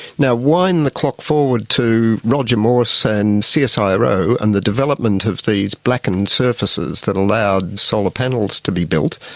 now wind the clock forward to roger morse and so csiro and the development of these blackened surfaces that allowed solar panels to be built,